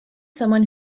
someone